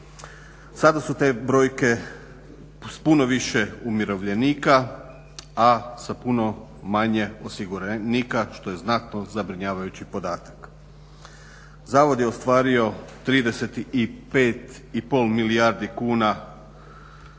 Sada su te brojke s puno više umirovljenika, a sa puno manje osiguranika što je znatno zabrinjavajući podatak. Zavod je ostvario 35,5 milijardi kuna